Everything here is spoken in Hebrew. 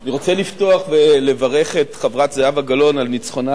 אני רוצה לפתוח ולברך את החברה זהבה גלאון על ניצחונה